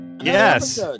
yes